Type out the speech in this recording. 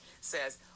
says